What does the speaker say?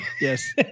Yes